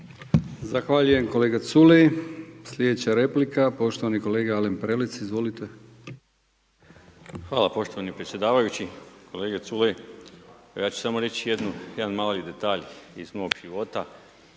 Zahvaljujem kolega Culej. Sljedeća replika poštovani kolega Alen Prelec., Izvolite. **Prelec, Alen (SDP)** Hvala poštovani predsjedavajući. Kolega Culej, evo ja ću samo reći jedan mali detalj iz mog života.